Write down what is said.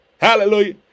hallelujah